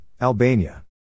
Albania